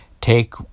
take